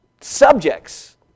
subjects